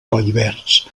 collverds